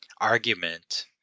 argument